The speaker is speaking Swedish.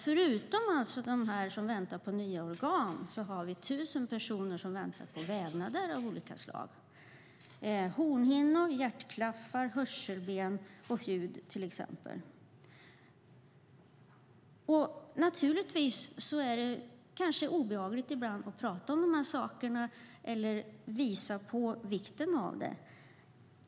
Förutom dem som väntar på nya organ är det alltså 1 000 personer som väntar på vävnader av olika slag. Det är till exempel hornhinna, hjärtklaffar, hörselben och hud. Det kan naturligtvis ibland vara obehagligt att prata om de här sakerna eller visa på vikten av dem.